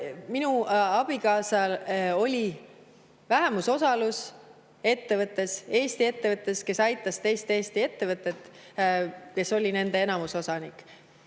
minu abikaasal oli vähemusosalus Eesti ettevõttes, kes aitas teist Eesti ettevõtet, kes oli nende enamusosanik.